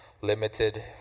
limited